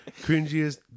cringiest